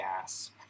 gas